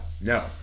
No